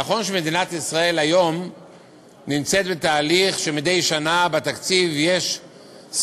נכון שמדינת ישראל היום נמצאת בתהליך שבו מדי שנה יש בתקציב סכום,